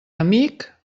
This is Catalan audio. amic